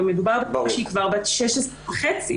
ומדובר בקטינה שהיא כבר בת 16 וחצי.